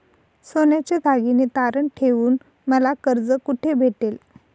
सोन्याचे दागिने तारण ठेवून मला कर्ज कुठे भेटेल?